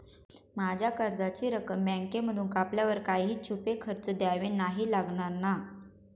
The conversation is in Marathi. माझ्या कर्जाची रक्कम बँकेमधून कापल्यावर काही छुपे खर्च द्यावे नाही लागणार ना?